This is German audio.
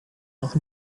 noch